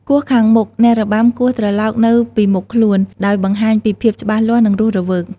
គោះខាងមុខ អ្នករបាំគោះត្រឡោកនៅពីមុខខ្លួន ដោយបង្ហាញពីភាពច្បាស់លាស់ និងរស់រវើក។